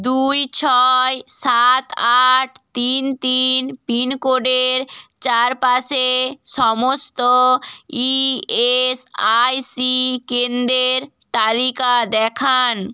দুই ছয় সাত আট তিন তিন পিনকোডের চারপাশে সমস্ত ই এস আই সি কেন্দ্রের তালিকা দেখান